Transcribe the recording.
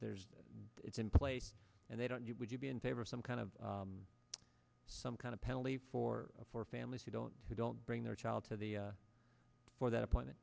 there's it's in place and they don't you would you be in favor of some kind of some kind of penalty for for families who don't who don't bring their child to the for that appointment